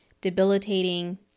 debilitating